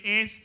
es